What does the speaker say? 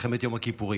מלחמת יום הכיפורים.